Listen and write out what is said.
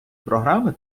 програми